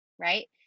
right